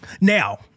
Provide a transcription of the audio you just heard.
Now